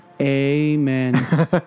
Amen